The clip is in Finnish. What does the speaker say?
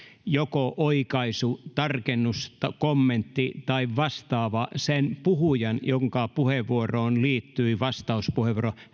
joko oikaisu tarkennus kommentti tai vastaava sen puhujan jonka puheenvuoroon vastauspuheenvuoro